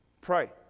Pray